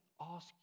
ask